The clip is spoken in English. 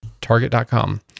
Target.com